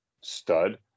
stud